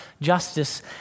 justice